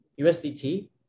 USDT